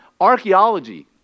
Archaeology